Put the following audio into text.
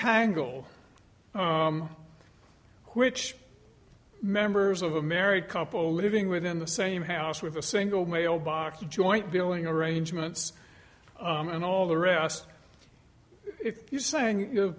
untangle which members of a married couple living within the same house with a single mailbox joint billing arrangements and all the rest if you saying you